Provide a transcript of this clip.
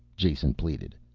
jason pleaded.